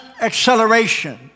acceleration